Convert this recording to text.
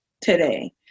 today